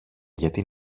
γιατί